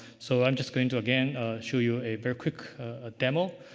so, i'm just going to again show you a very quick demo